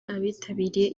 abitabiriye